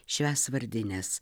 švęs vardines